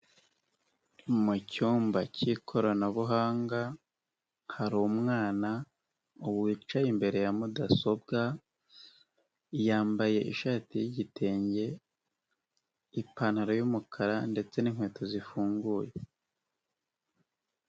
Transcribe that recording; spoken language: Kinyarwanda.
Mu cyumba k'ikoranabuhanga hari umwana wicaye imbere ya mudasobwa yambaye ishati y'igitenge, ipantaro y'umukara ndetse n'inkweto zifunguye.